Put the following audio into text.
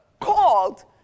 called